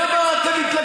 מגילת